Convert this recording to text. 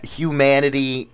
humanity